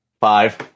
five